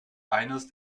eines